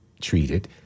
treated